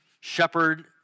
Shepherd